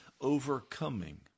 Overcoming